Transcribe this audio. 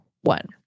one